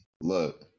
Look